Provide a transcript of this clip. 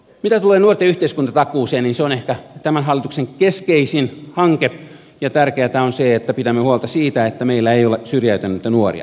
mitä tulee nuorten yhteiskuntatakuuseen niin se on ehkä tämän hallituksen keskeisin hanke ja tärkeätä on se että pidämme huolta siitä että meillä ei ole syrjäytyneitä nuoria